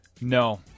No